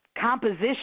composition